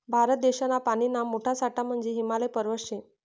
भारत देशना पानीना मोठा साठा म्हंजे हिमालय पर्वत शे